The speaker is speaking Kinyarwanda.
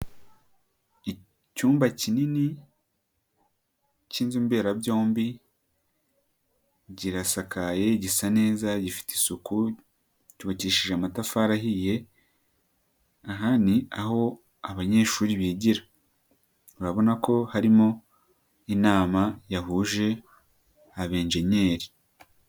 Icyumba kinini cy'inzu mberabyombi kirasakaye gisa neza gifite isuku cyubakishije amatafari ahiye, aha ni aho abanyeshuri bigira urabona ko harimo inama yahuje abenjeniyeri.